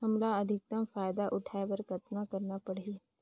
हमला अधिकतम फायदा उठाय बर कतना करना परही?